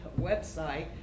website